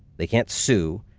they can't sue.